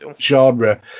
genre